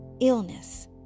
illness